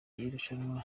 irushanwa